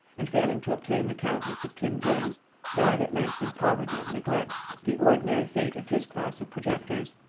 and failing to obtain the countenance of king james died at length in poverty and neglect the ordinary fate of his class of projectors.